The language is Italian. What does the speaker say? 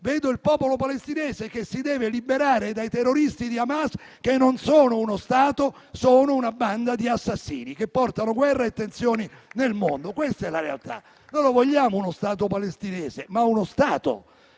vedo il popolo palestinese, che si deve liberare dai terroristi di Hamas, che non sono uno Stato, ma una banda di assassini che portano guerra e tensioni nel mondo. Questa è la realtà. Noi lo vogliamo uno Stato palestinese, ma uno Stato